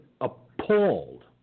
appalled